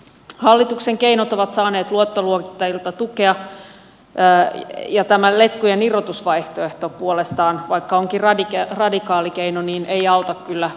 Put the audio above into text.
hallituksen keinot ovat saaneet luottoluokittajilta tukea ja tämä letkujen irrotusvaihtoehto puolestaan vaikka onkin radikaali keino ei auta kyllä parantamiseen